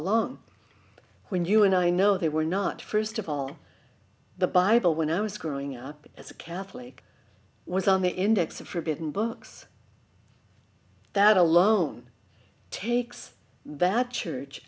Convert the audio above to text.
along when you and i know they were not first of all the bible when i was growing up as a catholic was an index of forbidden books that alone takes that church